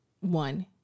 one